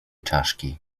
czaszki